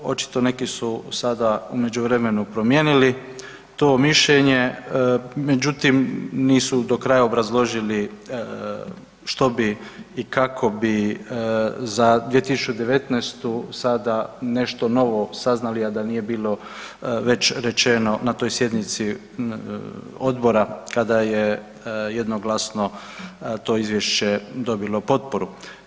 Očito neki su sada u međuvremenu promijenili to mišljenje, međutim nisu do kraja obrazložili što bi i kako bi za 2019. sada nešto novo saznali, a da nije bilo već rečeno na toj sjednici odbora kada je jednoglasno to izvješće dobilo potporu.